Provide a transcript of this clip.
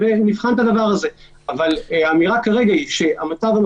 תגיד לי, אתה יכול